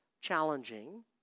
challenging